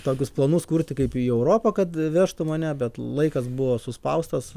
tokius planus kurti kaip į europą kad vežtų mane bet laikas buvo suspaustas